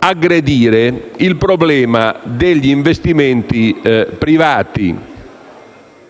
aggredire il problema degli investimenti privati